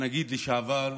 הנגיד לשעבר,